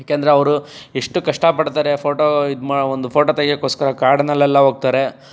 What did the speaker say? ಯಾಕೆಂದರೆ ಅವರು ಎಷ್ಟು ಕಷ್ಟಪಡ್ತಾರೆ ಫೋಟೊ ಇದು ಮಾ ಒಂದು ಫೋಟೊ ತೆಗಿಯೋಕೋಸ್ಕರ ಕಾಡಿನಲ್ಲೆಲ್ಲ ಹೋಗ್ತಾರೆ